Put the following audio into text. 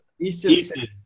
Easton